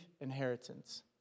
inheritance